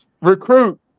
recruit